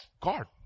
God